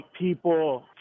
people